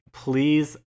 Please